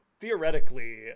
theoretically